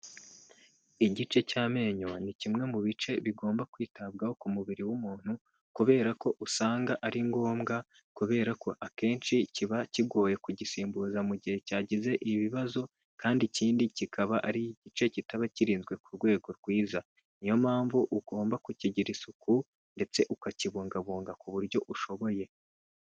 Igice cy'amenyo ni kimwe mu bice bigomba kwitabwaho ku mubiri w'umuntu, kubera ko usanga ari ngombwa, kubera ko akenshi kiba kigoye kugisimbuza mu gihe cyagize ibibazo, kandi ikindi kikaba ari igice kitaba kirinzwe ku rwego rwiza. Ni yo mpamvu ugomba kukigira isuku ndetse ukakibungabunga ku buryo ushoboye.